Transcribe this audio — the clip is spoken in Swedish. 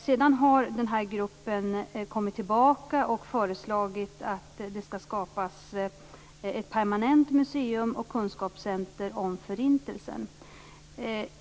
Sedan har gruppen kommit tillbaka och föreslagit att det skall skapas ett permanent museum och kunskapscenter om Förintelsen.